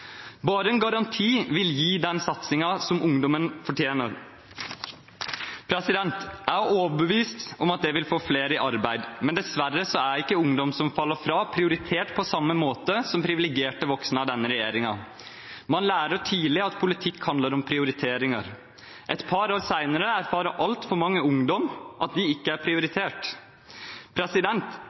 Bare en garanti vil gi den satsingen som ungdommen fortjener. Jeg er overbevist om at det vil få flere i arbeid, men dessverre er ikke ungdom som faller fra, prioritert på samme måte som privilegerte voksne av denne regjeringen. Man lærer tidlig at politikk handler om prioriteringer. Et par år seinere erfarer altfor mange ungdom at de ikke er prioritert.